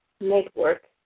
network